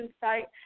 site